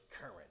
current